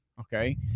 Okay